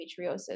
endometriosis